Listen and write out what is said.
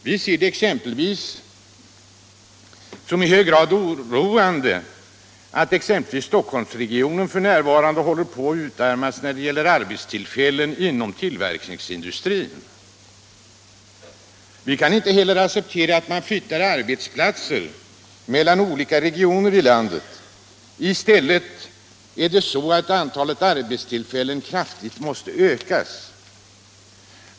Vi ser det exempelvis som i hög grad oroande att Stockholmsregionen f. n. håller på att utarmas på arbetstillfällen inom tillverkningsindustrin. Vi kan inte heller acceptera att man flyttar arbetsplatser mellan olika regioner i landet. I stället måste antalet arbetstillfällen ökas kraftigt.